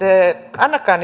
annakaan